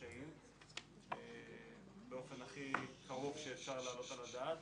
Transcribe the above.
והקשיים באופן הכי קרוב שאפשר להעלות על הדעת.